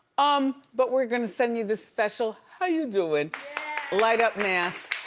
um but we're gonna send you this special how you doing leg-up mask,